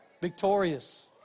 victorious